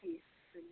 ٹھیٖک چھِ